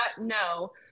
no